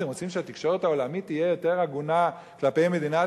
אתם רוצים שהתקשורת העולמית תהיה יותר הגונה כלפי מדינת